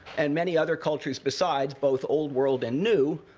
and many other cultures besides, both old world and new,